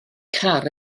car